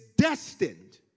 destined